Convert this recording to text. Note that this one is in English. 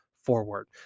forward